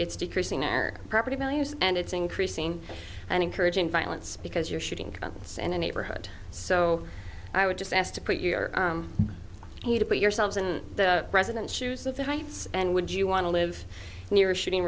it's decreasing our property values and it's increasing and encouraging violence because you're shooting guns in a neighborhood so i would just ask to put you're here to put yourselves in the president's shoes of the heights and would you want to live near a shooting